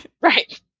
Right